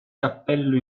cappello